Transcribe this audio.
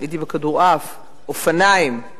אופניים,